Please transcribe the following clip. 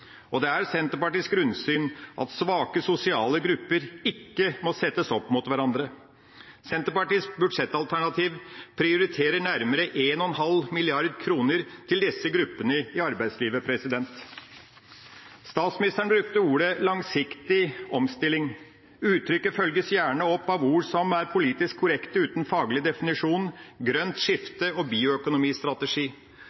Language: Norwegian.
disse tiltakene ytterligere. Senterpartiets grunnsyn er at svake sosiale grupper ikke må settes opp mot hverandre. Senterpartiets budsjettalternativ prioriterer nærmere 1,5 mrd. kr til disse gruppene i arbeidslivet. Statsministeren brukte uttrykket «langsiktig omstilling». Uttrykket følges gjerne opp av ord som er politisk korrekte, men uten faglig definisjon: «grønt skifte» og